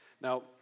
Now